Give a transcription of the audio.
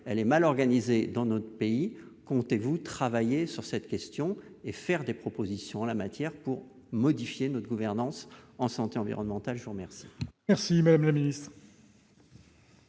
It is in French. elle est mal organisée dans notre pays, comptez-vous travailler sur cette question et faire des propositions en la matière pour modifier notre gouvernance en santé environnementale chômeurs. Merci madame la ministre.